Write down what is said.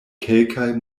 kelkaj